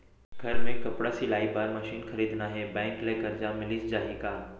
घर मे कपड़ा सिलाई बार मशीन खरीदना हे बैंक ले करजा मिलिस जाही का?